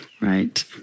right